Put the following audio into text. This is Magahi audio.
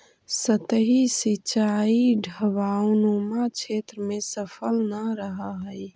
सतही सिंचाई ढवाऊनुमा क्षेत्र में सफल न रहऽ हइ